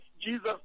Jesus